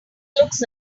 looks